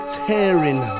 tearing